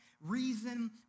reason